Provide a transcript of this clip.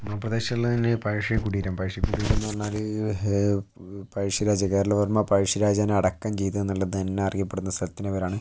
ഗ്രാമപ്രദേശങ്ങളില് തന്നെ പഴശ്ശി കുടീരം പഴശ്ശി കുടീരം എന്ന് പറഞ്ഞാൽ പഴശ്ശിരാജ കേരളവര്മ്മ പഴശ്ശി രാജാവിനെ അടക്കം ചെയ്തു എന്നുള്ളതു തന്നെ അറിയപ്പെടുന്ന സ്ഥലത്തിന്റെ പേരാണ്